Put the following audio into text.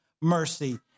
mercy